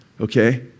okay